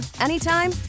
anytime